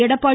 Edappadi